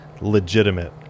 legitimate